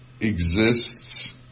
exists